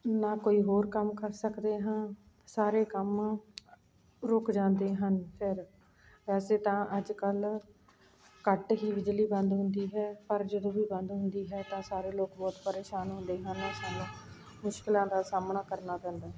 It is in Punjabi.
ਨਾ ਕੋਈ ਹੋਰ ਕੰਮ ਕਰ ਸਕਦੇ ਹਾਂ ਸਾਰੇ ਕੰਮ ਰੁੱਕ ਜਾਂਦੇ ਹਨ ਫਿਰ ਵੈਸੇ ਤਾਂ ਅੱਜ ਕੱਲ੍ਹ ਘੱਟ ਹੀ ਬਿਜਲੀ ਬੰਦ ਹੁੰਦੀ ਹੈ ਪਰ ਜਦੋਂ ਵੀ ਬੰਦ ਹੁੰਦੀ ਹੈ ਤਾਂ ਸਾਰੇ ਲੋਕ ਬਹੁਤ ਪ੍ਰੇਸ਼ਾਨ ਹੁੰਦੇ ਹਨ ਸਾਨੂੰ ਮੁਸ਼ਕਿਲਾਂ ਦਾ ਸਾਹਮਣਾ ਕਰਨਾ ਪੈਂਦਾ ਹੈ